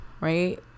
right